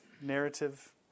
narrative